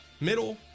middle